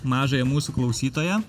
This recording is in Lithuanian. mažąją mūsų klausytoją